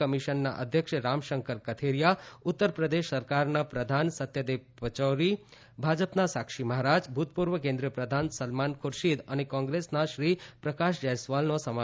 કમિશનના અધ્યક્ષ રામશંકર કથેરીયા ઉત્તરપ્રદેશ સરકારના પ્રધાન સત્યદેવ પચૌરી ભાજપના સાક્ષી મહારાજ ભૂતપૂર્વ કેન્દ્રિય પ્રધાન સલમાન ખૂરશીદ અને કોંગ્રેસના શ્રી પ્રકાશ જયસ્વાલનો સમાવેશ થાય છે